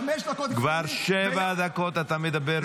חמש דקות הפריעו לי --- כבר שבע דקות אתה מדבר,